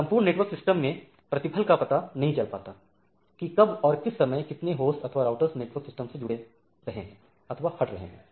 संपूर्ण network system मे प्रतिपल यह पता नहीं चल पाता की कब और किस समय कितने होस्ट अथवा राउटर्स नेटवर्क सिस्टम से जुड़ रहे हैं अथवा हट रहे हैं